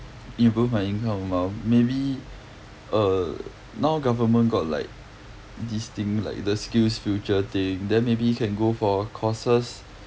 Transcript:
even my income amount maybe uh now government got like this thing like the SkillsFuture thing then maybe you can go for courses